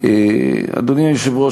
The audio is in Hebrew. אדוני היושב-ראש,